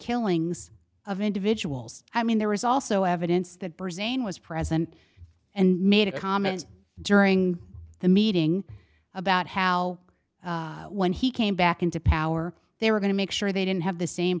killings of individuals i mean there was also evidence that brazillian was present and made a comment during the meeting about how when he came back into power they were going to make sure they didn't have the same